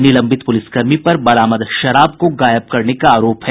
निलंबित पुलिसकर्मी पर बरामद शराब को गायब करने का आरोप है